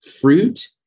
fruit